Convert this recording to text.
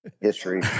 history